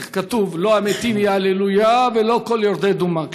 איך כתוב: "לא המתים יהללו יה ולא כל ירדי דומה".